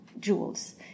jewels